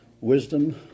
wisdom